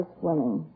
swimming